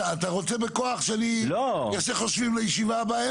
אתה רוצה בכוח שאני אעשה חושבים לישיבה הבאה?